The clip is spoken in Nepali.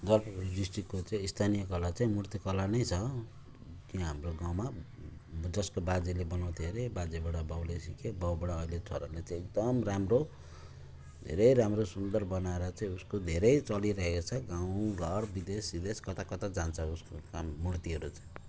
जलपाइगुडी डिस्ट्रिक्टको चाहिँ स्थानीय कला चाहिँ मूर्तिकला नै छ त्यहाँ हाम्रो गाउँमा जसको बाजेले बनाउँथे अरे बाजेबाट बाउले सिके बाउबाट अहिले छोराले चाहिँ एकदम राम्रो धेरै राम्रो सुन्दर बनाएर चाहिँ उसको धेरै चलिरहेको छ गाउँ घर विदेश सिदेश कता कता जान्छ उसको काम मूर्तिहरू चाहिँ